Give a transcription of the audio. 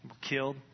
killed